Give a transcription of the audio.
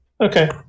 Okay